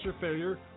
Failure